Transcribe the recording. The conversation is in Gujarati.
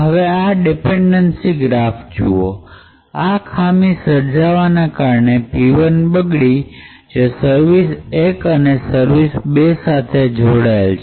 હવે આ દેપેન્દેન્સી ગ્રાફ જુઓ આ ખામી સર્જાવાને કારણે p ૧ બગડી જે સર્વિસ ૧ અને સર્વિસ બે સાથે જોડાયેલ છે